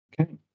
Okay